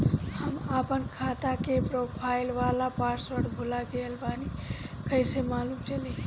हम आपन खाता के प्रोफाइल वाला पासवर्ड भुला गेल बानी कइसे मालूम चली?